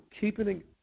keeping